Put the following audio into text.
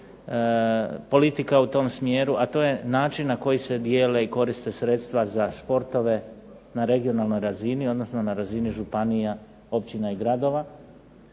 politika u tom smjeru, a to je način na koji se dijele i koriste sredstva za športove na regionalnoj razini, odnosno na razini županija, općina i gradova,